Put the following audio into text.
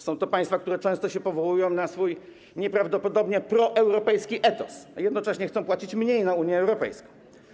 Są to państwa, które często się powołują na swój nieprawdopodobnie proeuropejski etos, a jednocześnie chcą płacić mniej na Unię Europejską.